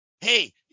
Hey